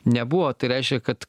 nebuvo tai reiškia kad